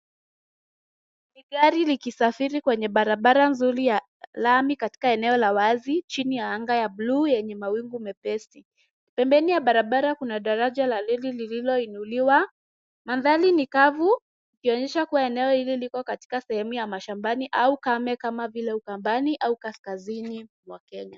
Ni gari likisafiri kwenye barabara nzuri ya lami katika eneo la wazi chini ya anga ya buluu yenye mawingu nyepesi. Pembeni ya barabara kuna daraja la reli lililoinuliwa. Mandhari ni kavu ikionyesha kuwa eneo hili liko katika eneo la mashambani au kame kama vile ukambani au kaskazini mwa Kenya.